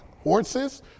horses